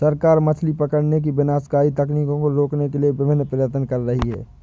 सरकार मछली पकड़ने की विनाशकारी तकनीकों को रोकने के लिए विभिन्न प्रयत्न कर रही है